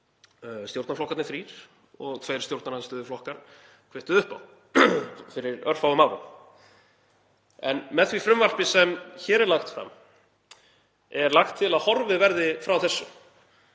stjórnarflokkarnir þrír og tveir stjórnarandstöðuflokkar kvittuðu upp á fyrir örfáum árum. En með því frumvarpi sem hér er lagt fram er lagt til að horfið verði frá þessu.